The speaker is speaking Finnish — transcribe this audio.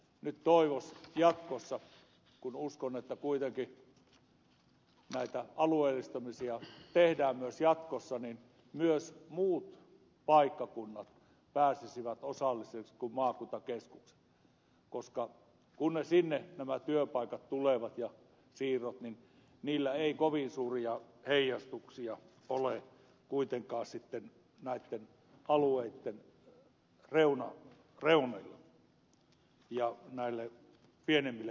nyt toivoisi jatkossa kun uskon että kuitenkin näitä alueellistamisia tehdään myös jatkossa että myös muut paikkakunnat pääsisivät osallisiksi kuin maakuntakeskukset koska kun nämä työpaikat ja siirrot sinne tulevat niillä ei kovin suuria heijastuksia ole kuitenkaan sitten näitten alueitten reunoilla näille pienemmille paikkakunnille